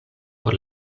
por